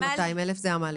זאת המעלית.